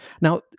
Now